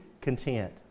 content